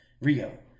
Rio